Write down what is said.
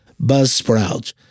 buzzsprout